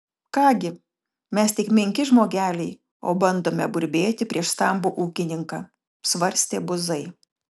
ką gi mes tik menki žmogeliai o bandome burbėti prieš stambų ūkininką svarstė buzai